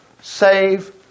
Save